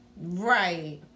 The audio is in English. right